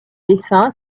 dessin